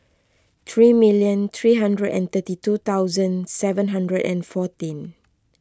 three million three hundred and thirty two thousand seven hundred and fourteen